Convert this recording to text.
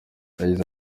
yagize